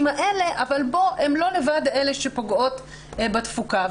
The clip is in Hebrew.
האלה אבל הן לא לבד אלה שפוגעות בתפוקה.